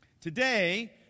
Today